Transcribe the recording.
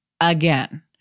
again